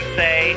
say